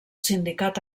sindicat